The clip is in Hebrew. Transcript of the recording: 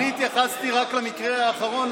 אני התייחסתי רק למקרה האחרון.